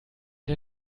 der